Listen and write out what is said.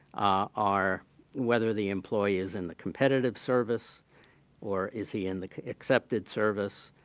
are whether the employee is in the competitive service or is he in the excepted service,